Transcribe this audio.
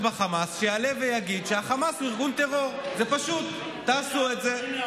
סיימנו את הנושא.